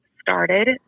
started